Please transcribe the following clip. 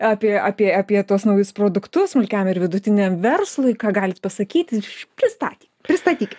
apie apie apie tuos naujus produktus smulkiam ir vidutiniam verslui ką galit pasakyti pristaty pristatyk